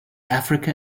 africa